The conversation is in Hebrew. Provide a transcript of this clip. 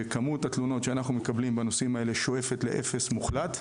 וכמות התלונות שאנחנו מקבלים בנושאים האלה שואפת לאפס מוחלט,